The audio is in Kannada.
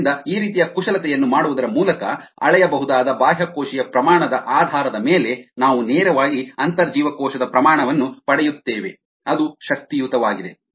ಆದ್ದರಿಂದ ಈ ರೀತಿಯ ಕುಶಲತೆಯನ್ನು ಮಾಡುವುದರ ಮೂಲಕ ಅಳೆಯಬಹುದಾದ ಬಾಹ್ಯಕೋಶೀಯ ಪ್ರಮಾಣ ದ ಆಧಾರದ ಮೇಲೆ ನಾವು ನೇರವಾಗಿ ಅಂತರ್ಜೀವಕೋಶದ ಪ್ರಮಾಣ ಅನ್ನು ಪಡೆಯುತ್ತೇವೆ ಅದು ಶಕ್ತಿಯುತವಾಗಿದೆ